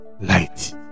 light